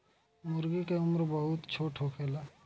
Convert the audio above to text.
मूर्गी के उम्र बहुत छोट होखेला